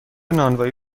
نانوایی